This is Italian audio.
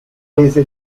rese